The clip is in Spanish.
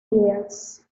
east